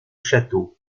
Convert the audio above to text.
châteaux